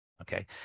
Okay